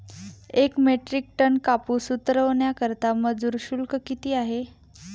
एक metric ton कापूस उतरवण्याकरता मजूर शुल्क किती आहे?